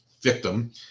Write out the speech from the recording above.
victim